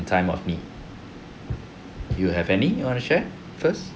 the time of me you have any you wanna share first